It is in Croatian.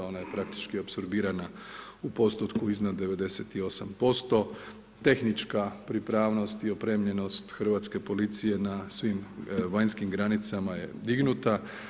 Ona je praktički apsorbirana u postotku iznad 98%, tehnička pripravnost i opremljenost hrvatske policije na svim vanjskim granicama je dignuta.